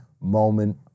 moment